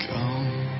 Come